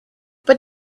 but